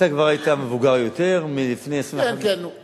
אתה כבר היית מבוגר יותר, כן, כן, נו.